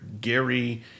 Gary